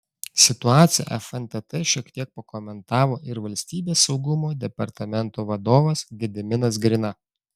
situaciją fntt šiek tiek pakomentavo ir valstybės saugumo departamento vadovas gediminas grina